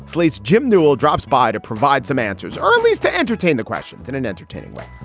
slate's jim newell drops by to provide some answers. early's to entertain the questions in an entertaining way